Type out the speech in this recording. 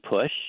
push